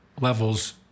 levels